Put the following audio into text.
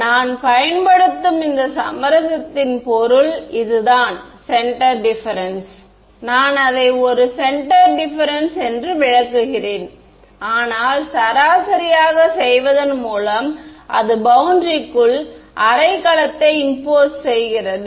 எனவே நான் பயன்படுத்தும் இந்த சமரசத்தின் பொருள் இதுதான் சென்டர் டிப்பேரென்ஸ் நான் அதை ஒரு சென்டர் டிப்பேரென்ஸ் என்று விளக்குகிறேன் ஆனால் சராசரியாகச் செய்வதன் மூலம் அது பௌண்டரிக்குள் அரை கலத்தை இம்போஸ் செய்கிறது